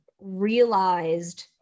realized